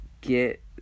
get